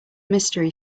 mystery